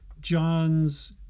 John's